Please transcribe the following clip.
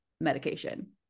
medication